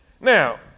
Now